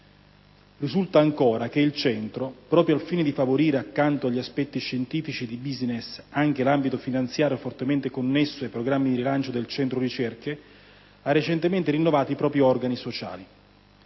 Risulta, ancora, che il centro, proprio al fine di favorire, accanto agli aspetti scientifici e di *business*, anche l'ambito finanziario fortemente connesso ai programmi di rilancio del centro ricerche, ha recentemente rinnovato i propri organi sociali.